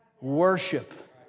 Worship